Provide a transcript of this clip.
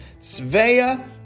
Svea